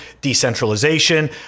decentralization